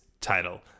title